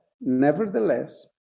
nevertheless